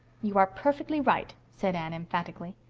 you are perfectly right, said anne emphatically.